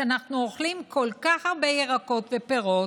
שאנחנו אוכלים כל כך הרבה ירקות ופירות,